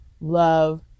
love